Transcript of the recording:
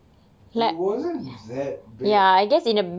it wasn't that bad